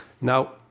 Now